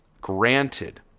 Granted